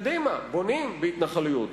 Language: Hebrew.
קדימה, בונים בהתנחלויות.